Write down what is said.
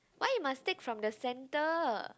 why you must take from the center